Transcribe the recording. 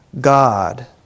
God